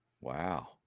wow